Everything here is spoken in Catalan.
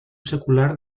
secular